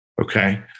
okay